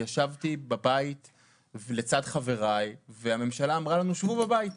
כי ישבתי בבית לצד חבריי והמדינה אמרה לנו שבו בבית.